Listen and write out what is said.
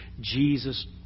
Jesus